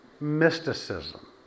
mysticism